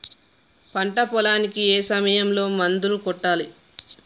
పంట పొలానికి ఏ సమయంలో మందులు కొట్టాలి?